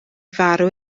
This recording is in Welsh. farw